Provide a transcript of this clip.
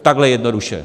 Takhle jednoduše.